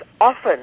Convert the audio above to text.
often